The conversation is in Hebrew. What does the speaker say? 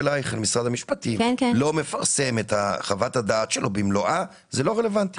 לא מפרסם את חוות הדעת שלו במלואה זה לא רלוונטי.